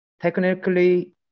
technically